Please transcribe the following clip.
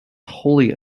wholly